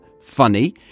funny